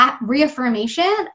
reaffirmation